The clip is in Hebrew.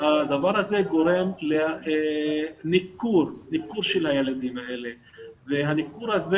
הדבר הזה גורם לניכור של הילדים האלה והניכור הזה